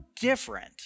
different